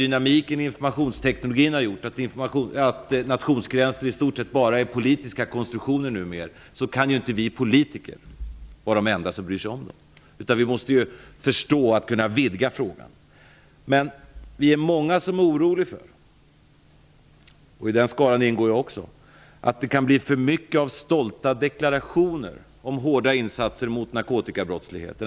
Dynamiken i informationsteknologin har gjort att nationsgränser numera i stort sett bara är politiska konstruktioner. Då kan ju inte vi politiker vara de enda som bryr oss om dem. Vi måste förstå att vi skall vidga frågan. Det är många - i den skaran ingår också jag - som är oroliga över att det kan bli för mycket av stolta deklarationer om hårda insatser mot narkotikabrottsligheten.